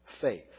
faith